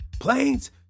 planes